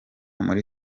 muri